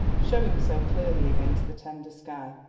showing so clearly against the tender sky,